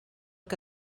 que